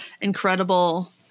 incredible